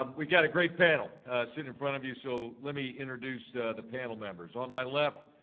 um we got a great panel sitting in front of you. so let me introduce the panel members. on my left,